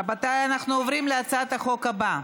רבותיי, אנחנו עוברים להצעת החוק הבאה,